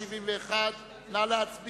התשס”ט 2009,